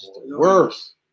worse